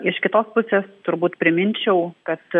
iš kitos pusės turbūt priminčiau kad